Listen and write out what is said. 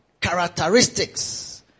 characteristics